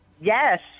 Yes